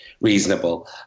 reasonable